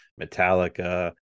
Metallica